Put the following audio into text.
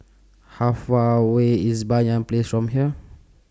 How Far away IS Banyan Place from here